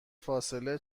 فاصله